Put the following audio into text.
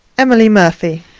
emily murphy.